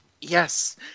Yes